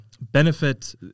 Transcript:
Benefit